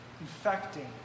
infecting